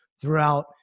throughout